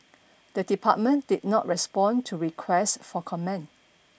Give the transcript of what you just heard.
the department did not respond to requests for comment